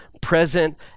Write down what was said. present